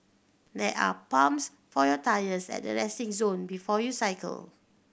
there are pumps for your tyres at the resting zone before you cycle